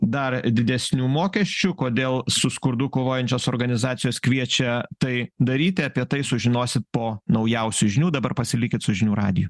dar didesnių mokesčių kodėl su skurdu kovojančios organizacijos kviečia tai daryti apie tai sužinosit po naujausių žinių dabar pasilikit su žinių radiju